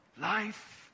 life